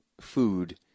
food